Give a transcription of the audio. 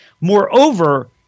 Moreover